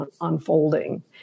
unfolding